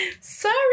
Sorry